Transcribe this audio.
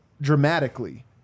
dramatically